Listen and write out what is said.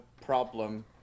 problem